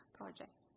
project